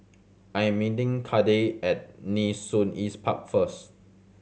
I am meeting Cade at Nee Soon East Park first